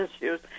issues